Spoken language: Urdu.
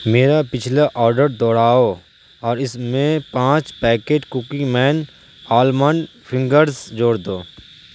میرا پچھلا آرڈر دوہراؤ اور اس میں پانچ packet cookie man almond fingers جوڑ دو